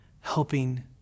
helping